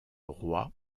roi